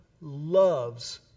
loves